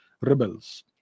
rebels